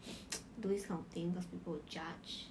do this kind of thing cause people will judge